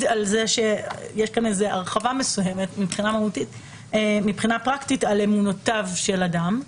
על זה שיש כאן הרחבה מסוימת מבחינה פרקטית על אמונותיו של אדם,